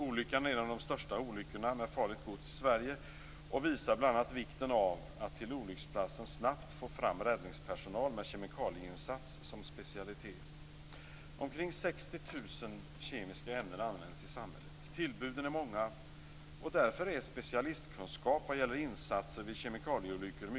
Olyckan är en av de största olyckorna med farligt gods i Sverige och visar bl.a. vikten av att till olycksplatsen snabbt få fram räddningspersonal med kemikalieinsats som specialitet. Omkring 60 000 kemiska ämnen används i samhället. Tillbuden är många, och därför är det mycket värdefullt med specialistkunskap vad gäller insatser vid kemikalieolyckor.